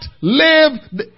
live